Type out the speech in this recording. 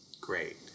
great